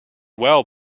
well